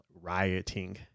rioting